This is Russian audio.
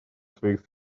своих